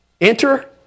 Enter